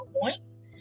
points